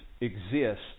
exist